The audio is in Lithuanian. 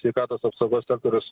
sveikatos apsaugos sektorius